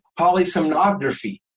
polysomnography